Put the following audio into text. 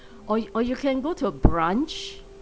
or you or you can go to a branch